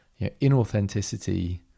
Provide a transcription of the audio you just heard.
inauthenticity